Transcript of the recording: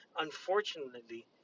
Unfortunately